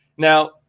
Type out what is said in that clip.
Now